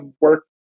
work